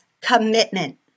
commitment